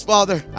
Father